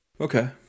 Okay